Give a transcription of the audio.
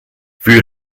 für